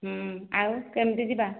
ଆଉ କେମତି ଯିବା